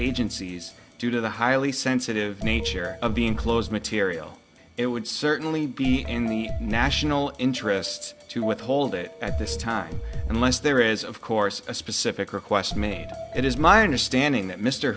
agencies due to the highly sensitive nature of being closed material it would certainly be in the national interest to withhold it at this time unless there is of course a specific request made it is my understanding that mr